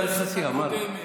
הגודל היחסי, אמרנו.